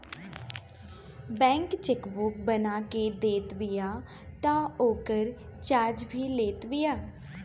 bank chequebook बना के देत बिया तअ ओकर चार्ज भी लेत बिया